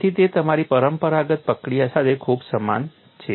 તેથી તે તમારી પરંપરાગત પ્રક્રિયા સાથે ખૂબ જ સમાન છે